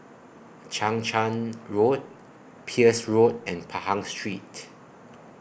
Chang Charn Road Peirce Road and Pahang Street